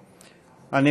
בבקשה.